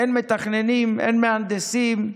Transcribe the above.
אין מתכננים, אין מהנדסים,